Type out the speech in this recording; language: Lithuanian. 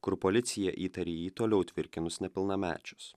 kur policija įtarė jį toliau tvirkinus nepilnamečius